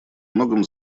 многом